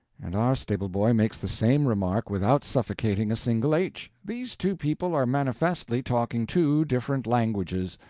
and our stable-boy makes the same remark without suffocating a single h, these two people are manifestly talking two different languages.